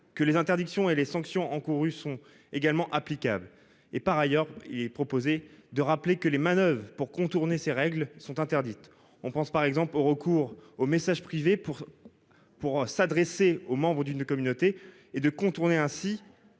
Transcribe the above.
que les interdictions et les sanctions encourues sont également applicables et par ailleurs et proposez de rappeler que les manoeuvres pour contourner ces règles sont interdites. On pense par exemple au recours aux messages privés pour. Pour s'adresser aux membres d'une communauté et de contourner ainsi.